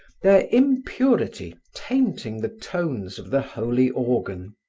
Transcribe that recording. their impurity tainting the tones of the holy organ.